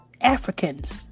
Africans